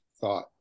thought